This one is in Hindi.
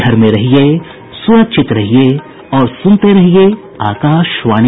घर में रहिये सुरक्षित रहिये और सुनते रहिये आकाशवाणी